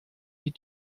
die